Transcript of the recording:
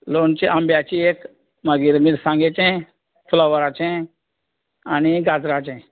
लोणचें आंब्यांचे एक मागीर मिरसांगेचें फ्लोवराचें आनी गाजराचें